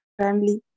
family